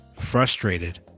frustrated